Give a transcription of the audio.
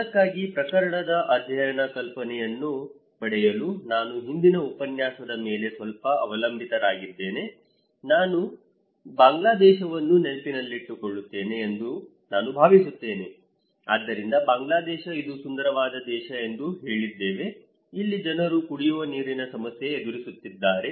ಅದಕ್ಕಾಗಿ ಪ್ರಕರಣದ ಅಧ್ಯಯನ ಕಲ್ಪನೆಯನ್ನು ಪಡೆಯಲು ನಾನು ಹಿಂದಿನ ಉಪನ್ಯಾಸದ ಮೇಲೆ ಸ್ವಲ್ಪ ಅವಲಂಬಿತರಾಗಿದ್ದೇನೆ ನೀವು ಬಾಂಗ್ಲಾದೇಶವನ್ನು ನೆನಪಿಸಿಕೊಳ್ಳುತ್ತೀರಿ ಎಂದು ನಾನು ಭಾವಿಸುತ್ತೇನೆ ಆದ್ದರಿಂದ ಬಾಂಗ್ಲಾದೇಶ ಇದು ಸುಂದರವಾದ ದೇಶ ಎಂದು ಹೇಳಿದ್ದೇವೆ ಇಲ್ಲಿ ಜನರು ಕುಡಿಯುವ ನೀರಿನ ಸಮಸ್ಯೆ ಎದುರಿಸುತ್ತಿದ್ದಾರೆ